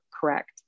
correct